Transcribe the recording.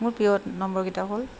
মোৰ প্ৰিয় নম্বৰকেইটা হ'ল